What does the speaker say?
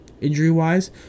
injury-wise